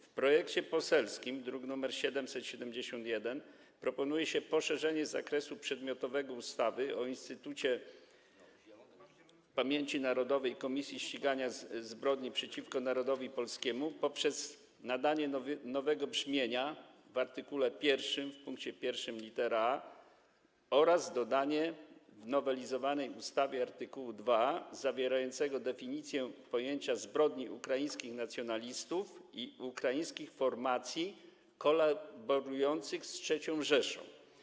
W projekcie poselskim, druk nr 771, proponuje się poszerzenie zakresu przedmiotowego ustawy o Instytucie Pamięci Narodowej - Komisji Ścigania Zbrodni przeciwko Narodowi Polskiemu poprzez nadanie nowego brzmienia w art. 1 w pkt 1 lit. a oraz dodanie w nowelizowanej ustawie art. 2a zawierającego definicję pojęcia zbrodni ukraińskich nacjonalistów i ukraińskich formacji kolaborujących z III Rzeszą.